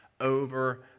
over